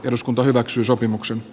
eduskunta hyväksyi sopimuksen